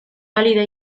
pálida